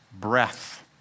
breath